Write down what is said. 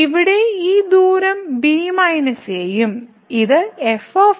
ഇവിടെ ഈ ദൂരം b - a ഉം ഇത് f - f ഉം